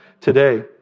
today